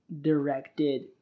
directed